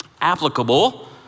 applicable